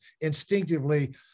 instinctively